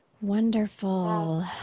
Wonderful